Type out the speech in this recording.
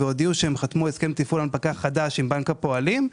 והודיעו שהם חתמו הסכם תפעול הנפקה חדש עם בנק הפועלים,